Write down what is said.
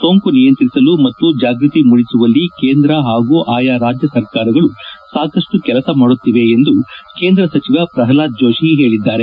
ಸೋಂಕು ನಿಯಂತ್ರಿಸಲು ಮತ್ತು ಜಾಗೃತಿ ಮೂಡಿಸುವಲ್ಲಿ ಕೇಂದ್ರ ಹಾಗೂ ಅಯಾ ರಾಜ್ಯಗಳ ಸರ್ಕಾರಗಳು ಸಾಕಷ್ಟು ಕೆಲಸ ಮಾಡುತ್ತಿವೆ ಎಂದು ಕೇಂದ್ರ ಸಚಿವ ಪ್ರಹ್ಲಾದ್ ಜೋಷಿ ಹೇಳಿದ್ದಾರೆ